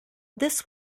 this